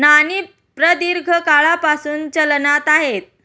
नाणी प्रदीर्घ काळापासून चलनात आहेत